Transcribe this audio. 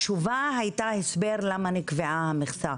התשובה הייתה הסבר למה נקבעה המכסה,